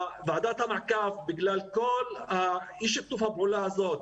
וועדת המעקב בגלל אי שיתוף הפעולה הזה,